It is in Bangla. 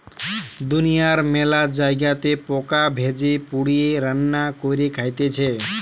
দুনিয়ার মেলা জায়গাতে পোকা ভেজে, পুড়িয়ে, রান্না করে খাইতেছে